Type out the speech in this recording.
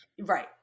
right